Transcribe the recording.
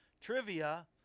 trivia